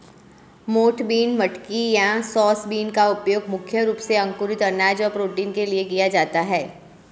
मोठ बीन, मटकी या ओस बीन का उपयोग मुख्य रूप से अंकुरित अनाज और प्रोटीन के लिए किया जाता है